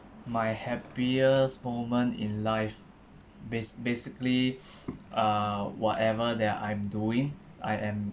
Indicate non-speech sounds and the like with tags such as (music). my happiest moment in life bas~ basically (breath) uh whatever that I am doing I am